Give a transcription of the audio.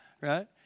right